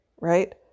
right